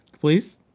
Please